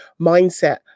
mindset